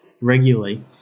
regularly